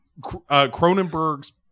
Cronenberg's